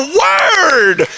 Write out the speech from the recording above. word